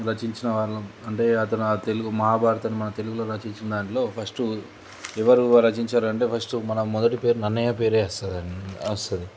రచించిన వాళ్ళు అంటే అతను తెలుగు మహాభారతంను మన తెలుగులో రచించిన దాంట్లో ఫస్ట్ ఎవరు రచించారంటే ఫస్ట్ మన మొదటి పేరు నన్నయ్య పేరే వస్తుంద వస్తుంది